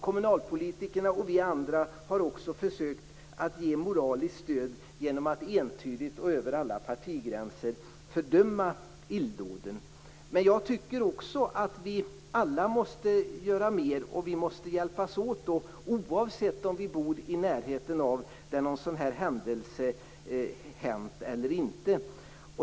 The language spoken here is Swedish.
Kommunalpolitikerna och vi andra har också försökt att ge moraliskt stöd genom att entydigt och över alla partigränser fördöma illdåden. Men jag tycker också att vi alla måste göra mer. Vi måste hjälpas åt oavsett om vi bor i närheten av den plats där en sådan här händelse skett eller inte.